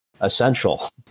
essential